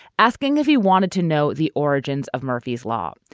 asking if he wanted to know the origins of murphy's law.